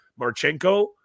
Marchenko